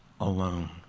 alone